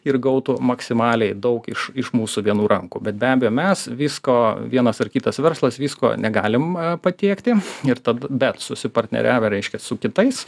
ir gautų maksimaliai daug iš iš mūsų vienų rankų bet be abejo mes visko vienas ar kitas verslas visko negalim patiekti ir tada bet susipartneriavę reiškia su kitais